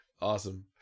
Awesome